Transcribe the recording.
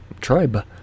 tribe